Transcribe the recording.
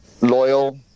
loyal